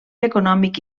econòmic